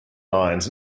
lines